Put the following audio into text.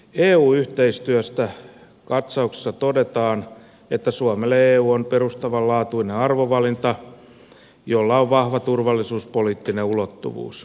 eu yhteistyöstä katsauksessa todetaan että suomelle eu on perustavanlaatuinen arvovalinta jolla on vahva turvallisuuspoliittinen ulottuvuus